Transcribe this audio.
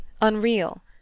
unreal